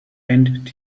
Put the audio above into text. and